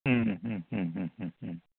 മ്മ് മ്മ് മ്മ് മ്മ് മ്മ് മ്മ്